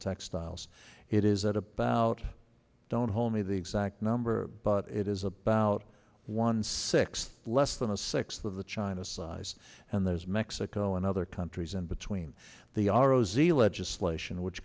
textiles it is at about don't hold me the exact number but it is about one sixth less than a sixth of the china size and there's mexico and other countries in between the r o z legislation which